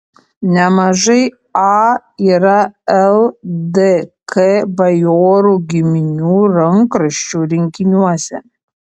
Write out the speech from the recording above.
nemažai a yra ldk bajorų giminių rankraščių rinkiniuose